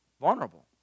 vulnerable